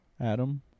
Adam